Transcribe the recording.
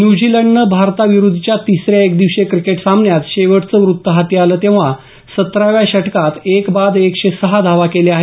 न्यूझीलंडनं भारताविरुद्धच्या तिसऱ्या एकदिवसीय क्रिकेट सामन्यात शेवटचं वृत्त हाती आलं तेंव्हा सतराव्या षटकात एक बाद एकशे सहा धावा केल्या आहेत